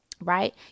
right